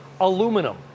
aluminum